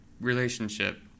relationship